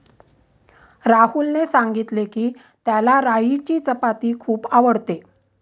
राहुलने सांगितले की, त्याला राईची चपाती खूप आवडते